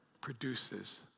produces